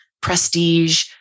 prestige